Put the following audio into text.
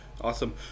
Awesome